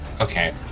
Okay